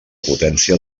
potència